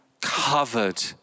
covered